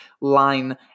line